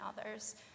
others